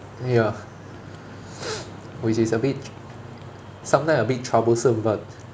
ya which is a bit sometimes a bit troublesome but